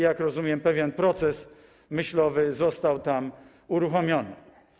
Jak rozumiem, pewien proces myślowy został tam uruchomiony.